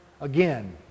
again